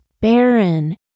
barren